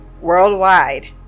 worldwide